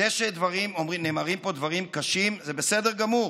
זה שנאמרים פה דברים קשים זה בסדר גמור.